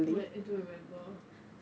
no I don't remember